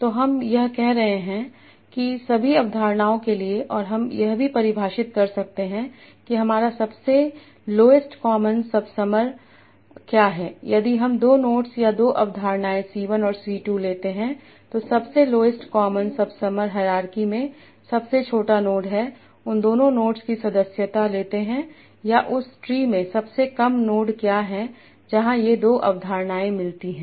तो हम यह कर सकते हैं कि सभी अवधारणाओं के लिए और हम यह भी परिभाषित कर सकते हैं कि हमारा सबसे लोवेस्ट कॉमन सबसमर क्या है यदि हम दो नोड्स या दो अवधारणाएं c 1 और c 2 लेते हैं तो सबसे लोवेस्ट कॉमन सबसमर हायरार्की में सबसे छोटा नोड है उन दोनों नोड्स की सदस्यता लेते हैं या उस ट्री में सबसे कम नोड क्या होता है जहां ये दो अवधारणाएं मिलती हैं